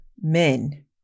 men